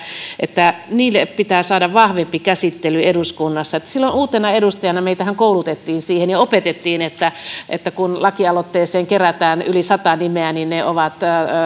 että niille pitää saada vahvempi käsittely eduskunnassa silloin uusina edustajina meitähän koulutettiin siihen ja opetettiin että että kun lakialoitteeseen kerätään yli sata nimeä niin se on